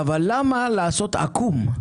למה לעשות עקום?,